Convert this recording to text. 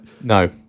No